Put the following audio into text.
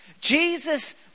Jesus